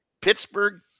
Pittsburgh